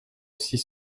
six